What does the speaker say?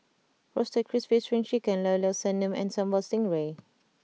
Roasted Crispy Spring Chicken Llao Llao Sanum and Sambal Stingray